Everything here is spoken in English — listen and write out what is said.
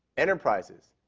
enterprises,